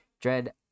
Dread